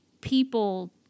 people